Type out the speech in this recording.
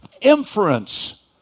inference